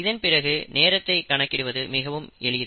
இதன்பிறகு நேரத்தைக் கணக்கிடுவது மிகவும் எளிது